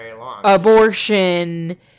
abortion